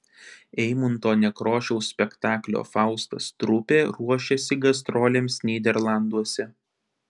eimunto nekrošiaus spektaklio faustas trupė ruošiasi gastrolėms nyderlanduose